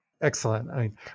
Excellent